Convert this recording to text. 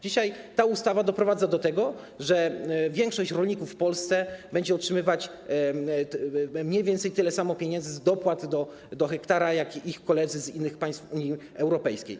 Dzisiaj ta ustawa doprowadza do tego, że większość rolników w Polsce będzie otrzymywać mniej więcej tyle samo pieniędzy z dopłat do hektara jak ich koledzy z innych państw Unii Europejskiej.